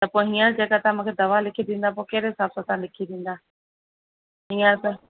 त पोइ हींअर जेका तव्हां मूंखे दवा लिखी ॾींदा पोइ कहिड़े हिसाबु सां तव्हां लिखी ॾींदा हींअर त